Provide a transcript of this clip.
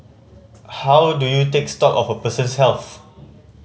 how do you take stock of a person's health